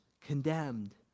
condemned